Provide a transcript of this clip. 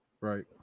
right